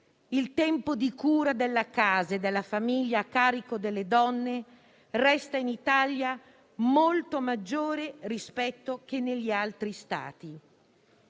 «Il tempo di cura della casa e della famiglia a carico delle donne resta in Italia molto maggiore che negli altri Paesi».